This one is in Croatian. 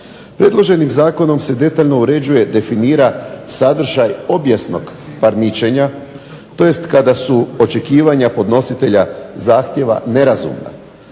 Predloženim zakonom se detaljno uređuje i definira sadržaj obijesnog parničenja tj. kada su očekivanja podnositelja zahtjeva nerazumna,